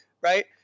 right